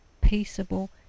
peaceable